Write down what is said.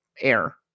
air